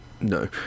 No